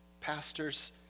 pastors